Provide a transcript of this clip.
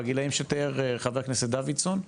בגילאים שתיאר חבר הכנסת דוידסון.